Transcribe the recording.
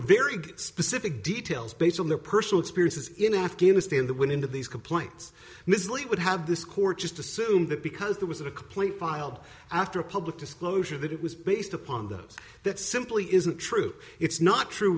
very specific details based on their personal experiences in afghanistan that when into these complaints mislead would have this court just assume that because there was a complaint filed after a public disclosure that it was based upon those that simply isn't true it's not true